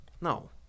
No